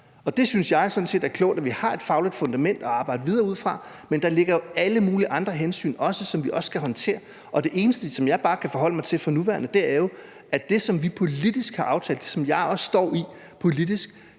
og jeg synes sådan set, det er klogt, at vi har et fagligt fundament at arbejde videre ud fra, men der ligger jo alle mulige andre hensyn, som vi også skal håndtere. Det eneste, som jeg bare kan forholde mig til for nuværende, er, at det, som vi politisk har aftalt, og det, som jeg også står i politisk,